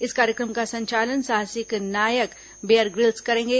इस कार्यक्रम का संचालन साहसिक नायक बेयर ग्रिल्स करेंगे